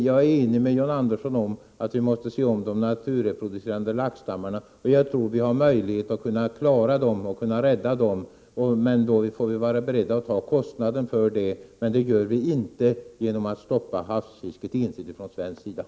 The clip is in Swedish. Jag är enig med John Andersson om att vi måste se om de naturreproducerande laxstammarna, och jag tror att vi har möjlighet att rädda dem, om vi är beredda att ta kostnaderna för detta. Men vi klarar det inte genom att ensidigt hos oss stoppa havsfisket.